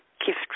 gift